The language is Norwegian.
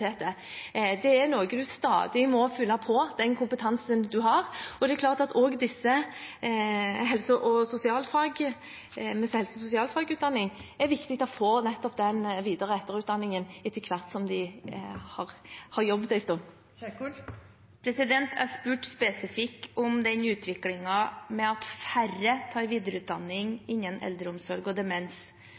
stadig fylle på den kompetansen man har, og det er viktig at de med helse- og sosialfagutdanning får nettopp den videre- og etterutdanningen etter hvert som de har jobbet en stund. Ingvild Kjerkol – til oppfølgingsspørsmål. Jeg spurte spesifikt om utviklingen med at færre tar videreutdanning innen eldreomsorg og demens.